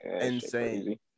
insane